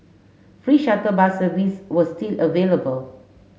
free shuttle bus service were still available